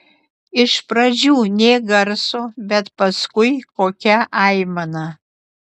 iš pradžių nė garso bet paskui kokia aimana